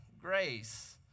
grace